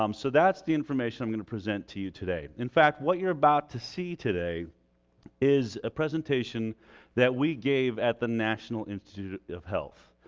um so that's the information i'm going to present to you today. in fact what you're about to see today is a presentation that we gave at the national institute of health.